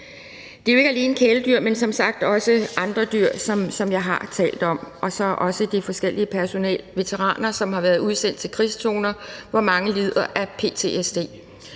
Det er jo ikke alene kæledyr, men som sagt også andre dyr, som jeg har talt om, og også forskelligt personnel, altså veteraner, som har været udsendt til krigszoner, hvor mange lider af ptsd.